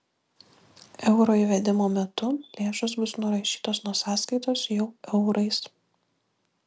euro įvedimo metu lėšos bus nurašytos nuo sąskaitos jau eurais